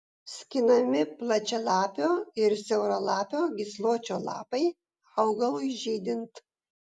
skinami plačialapio ir siauralapio gysločio lapai augalui žydint